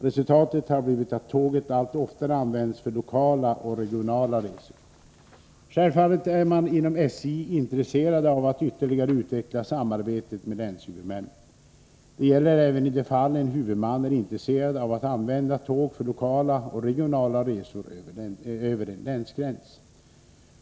Resultatet har blivit att tåget allt oftare används för lokala och regionala resor. Självfallet är man inom SJ intresserad av att ytterligare utveckla samarbetet med länshuvudmännen. Det gäller även i de fall en huvudman är intresserad av att använda tåg för lokala och regionala resor över en länsgräns.